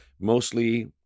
mostly